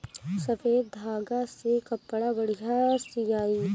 सफ़ेद धागा से कपड़ा बढ़िया सियाई